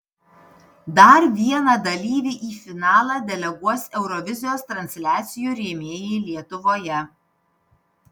dar vieną dalyvį į finalą deleguos eurovizijos transliacijų rėmėjai lietuvoje